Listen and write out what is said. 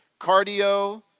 Cardio